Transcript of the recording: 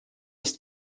ist